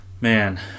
Man